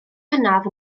hynaf